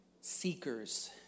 seekers